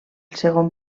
segon